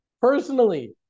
personally